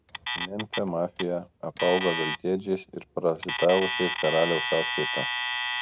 memfio mafija apaugo veltėdžiais ir parazitavusiais karaliaus sąskaita